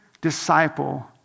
disciple